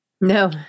no